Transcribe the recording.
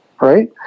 right